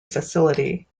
facility